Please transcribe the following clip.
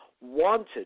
wanted